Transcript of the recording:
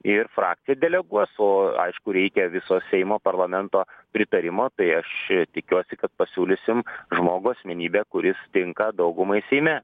ir frakcija deleguos o aišku reikia viso seimo parlamento pritarimo tai aš tikiuosi kad pasiūlysim žmogų asmenybę kuris tinka daugumai seime